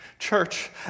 Church